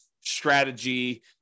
strategy